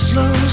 Slow